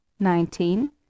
Nineteen